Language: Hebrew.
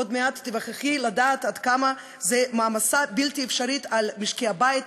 עוד מעט תיווכחי לדעת עד כמה זאת מעמסה בלתי אפשרית על משקי-הבית,